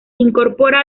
incorpora